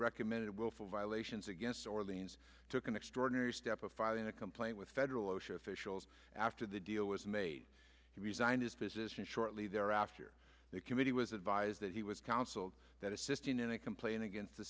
recommended willful violations against orleans took an extraordinary step of filing a complaint with federal osha officials after the deal was made he resigned his position shortly thereafter the committee was advised that he was counseled that assisting in a complaint against the